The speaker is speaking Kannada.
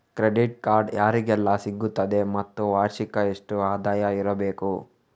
ಕ್ರೆಡಿಟ್ ಕಾರ್ಡ್ ಯಾರಿಗೆಲ್ಲ ಸಿಗುತ್ತದೆ ಮತ್ತು ವಾರ್ಷಿಕ ಎಷ್ಟು ಆದಾಯ ಇರಬೇಕು?